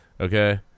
okay